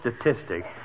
statistic